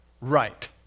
right